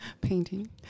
painting